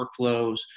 workflows